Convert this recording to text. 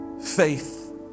faith